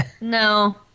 No